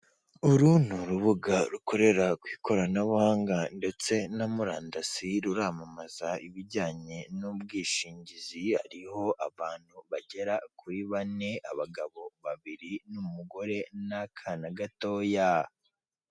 Uru ni urubuga rukorera ku ikoranabuhanga ndetse na murandasi ruramamaza ibijyanye n'ubwishingizi ariho abantu bagera kuri bane abagabo babiri n'umugore n'akana gatoya.